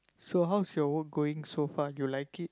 so how's your work going so far you like it